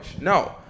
No